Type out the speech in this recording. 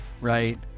right